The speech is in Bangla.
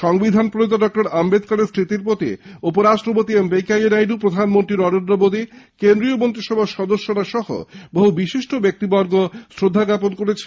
সংবিধান প্রণেতা ডঃ আম্বেদকরের স্মৃতির প্রতি উপরাষ্ট্রপতি এম ভেঙ্কাইয়া নাইডু প্রধানমন্ত্রী নরেন্দ্র মোদী কেন্দ্রীয় মন্ত্রিসভার সদস্যরা সহ বিশিষ্ট ব্যক্তিবর্গ শ্রদ্ধাজ্ঞাপন করেন